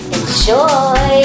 Enjoy